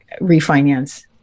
refinance